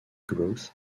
growth